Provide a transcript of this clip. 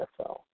NFL